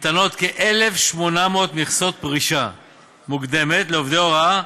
ניתנות כ-1,800 מכסות פרישה מוקדמת לעובדי הוראה,